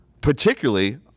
particularly